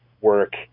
work